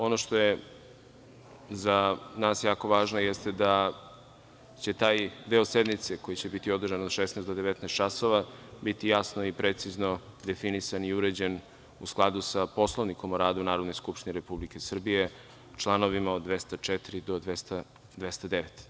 Ono što je za nas jako važno jeste da će taj deo sednice koji će biti održan od 16 do 19 časova, biti jasno i precizno definisan i uređen u skladu sa Poslovnikom o radu Narodne skupštine Republike Srbije, članovima od 204. do 209.